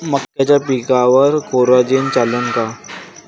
मक्याच्या पिकावर कोराजेन चालन का?